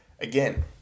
Again